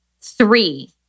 three